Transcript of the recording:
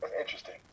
Interesting